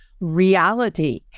reality